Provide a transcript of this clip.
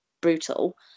brutal